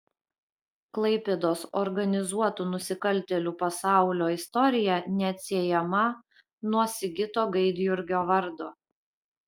klaipėdos organizuotų nusikaltėlių pasaulio istorija neatsiejama nuo sigito gaidjurgio vardo